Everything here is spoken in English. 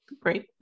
great